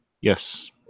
Yes